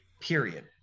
period